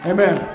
Amen